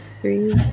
three